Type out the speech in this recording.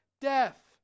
death